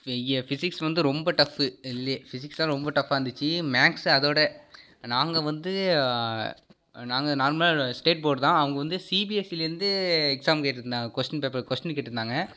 இப்போ இய்ய ஃபிஸிக்ஸ் வந்து ரொம்ப டஃப்பு இதுலையே ஃபிஸிக்ஸ்தான் ரொம்ப டஃப்பாக இருந்திச்சு மேக்ஸ் அதைவிட நாங்கள் வந்து நாங்கள் நார்மலாக ஸ்டேட் போர்டுதான் அவங்க வந்து சிபிஎஸ்சிலேருந்து எக்ஸாம் கேட்டிருந்தாங்க கொஸ்டின் பேப்பரு கொஸ்டினு கேட்டிருந்தாங்க